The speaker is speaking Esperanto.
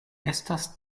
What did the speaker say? estas